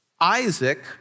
Isaac